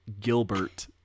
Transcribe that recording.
Gilbert